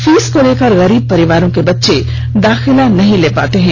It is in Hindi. फीस को लेकर गरीब परिवारों के बच्चे दाखिला नहीं ले पाते हैं